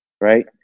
right